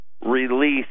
release